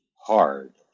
hard